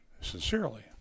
sincerely